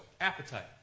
Appetite